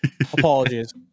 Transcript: apologies